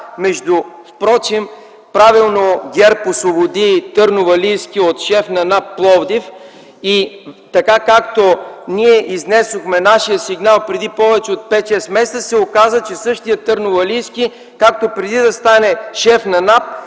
Междупрочем правилно ГЕРБ освободи Търновалийски от шеф на НАП – Пловдив. Така, както ние изнесохме нашия сигнал преди повече от 5-6 месеца, се оказа, че същият Търновалийски, както преди да стане шеф на НАП